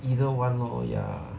either one lor ya